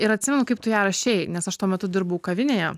ir atsimenu kaip tu ją rašei nes aš tuo metu dirbau kavinėje